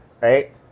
right